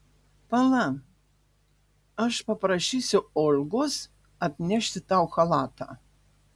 pala aš paprašysiu olgos atnešti tau chalatą